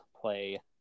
play